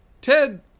Ted